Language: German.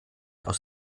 aus